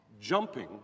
jumping